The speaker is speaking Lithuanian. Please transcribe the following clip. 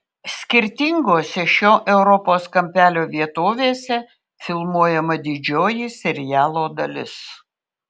skirtingose šio europos kampelio vietovėse filmuojama didžioji serialo dalis